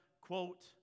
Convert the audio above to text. quote